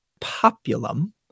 populum